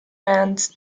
manned